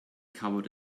covered